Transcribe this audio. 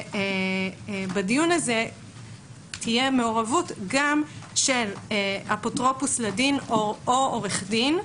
בדיון הזה תהיה מעורבות גם של אפוטרופוס לדין או עורך דין,